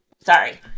Sorry